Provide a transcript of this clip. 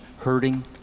hurting